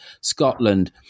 Scotland